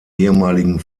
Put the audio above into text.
ehemaligen